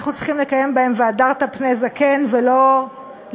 אנחנו צריכים לקיים בהם "והדרת פני זקן" ולא להפך,